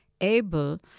able